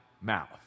mouth